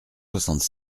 soixante